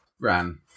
ran